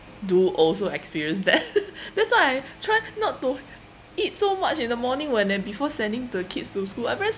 do also experienced that that's why I try not to eat so much in the morning when I before sending the kids to school I very